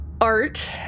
art